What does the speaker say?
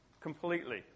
completely